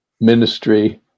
ministry